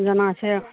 जेनाइ छै